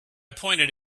pointed